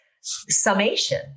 summation